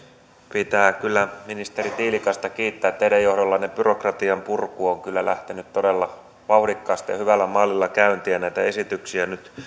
pitää kyllä ministeri tiilikaista kiittää teidän johdollanne byrokratianpurku on kyllä lähtenyt todella vauhdikkaasti ja hyvällä mallilla käyntiin ja tänne meille nyt